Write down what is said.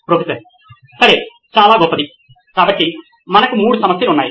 professor సరే చాలా గొప్పది కాబట్టి మనకు మూడు సమస్యలు ఉన్నాయి